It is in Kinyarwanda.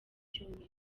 cyumweru